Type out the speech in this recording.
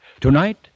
Tonight